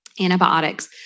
Antibiotics